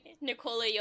Nicola